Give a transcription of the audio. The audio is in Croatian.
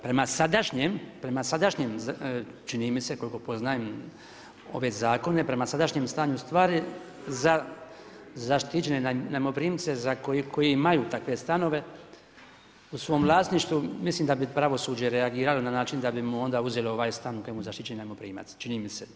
Prema sadašnjem, čini mi se koliko poznajem ove zakone, prema sadašnjem stanju stvari za zaštićene najmoprimce koji imaju takve stanove u svom vlasništvu mislim da bi pravosuđe reagiralo na način da bi mu onda uzeli ovaj stan u kojem je zaštićeni najmoprimac, čini mi se.